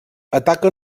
ataca